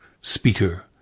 speaker